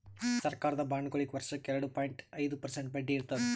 ಸರಕಾರದ ಬಾಂಡ್ಗೊಳಿಗ್ ವರ್ಷಕ್ಕ್ ಎರಡ ಪಾಯಿಂಟ್ ಐದ್ ಪರ್ಸೆಂಟ್ ಬಡ್ಡಿ ಇರ್ತದ್